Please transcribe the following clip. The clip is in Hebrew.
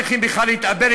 ולא צריכים בכלל להתאבל.